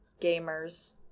gamers